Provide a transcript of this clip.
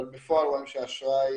אבל בפועל רואים שהאשראי